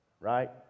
Right